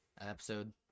episode